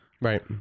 right